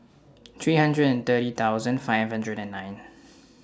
three hundred and thirty thousand five hundred and nine